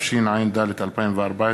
התשע"ד 2014,